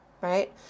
right